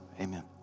Amen